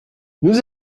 nous